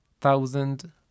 thousand